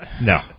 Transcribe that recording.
No